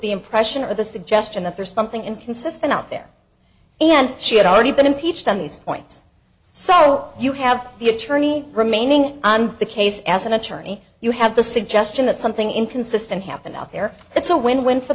the impression of the suggestion that there's something inconsistent out there and she had already been impeached on these points so you have the attorney remaining on the case as an attorney you have the suggestion that something inconsistent happened out there that's a win win for